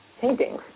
paintings